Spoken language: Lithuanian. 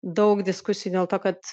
daug diskusijų dėl to kad